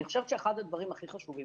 אני חושבת שאחד הדברים הכי חשובים